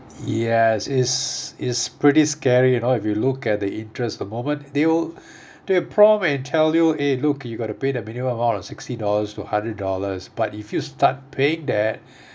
yes is is pretty scary you know if you look at the interest the moment they will they'll prompt and tell you eh look you got to pay the minimum amount of sixty dollars to hundred dollars but if you start paying that